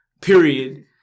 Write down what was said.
period